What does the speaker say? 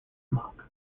mock